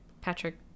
Patrick